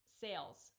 sales